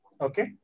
Okay